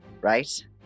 right